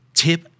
tip